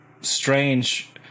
strange